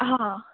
हां